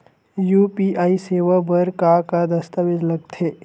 UPI सेवा बर का का दस्तावेज लगथे?